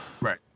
right